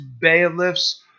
bailiffs